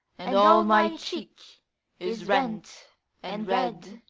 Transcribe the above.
and all my cheek is rent and red,